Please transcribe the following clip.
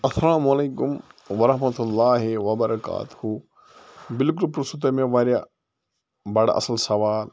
اَلسلامُ علیکُم وَرحمتُہ اللہِ وَبَرَکاتُہ بالکل پرٛژھوٕ تۄہہِ مےٚ واریاہ بَڑٕ اصٕل سوال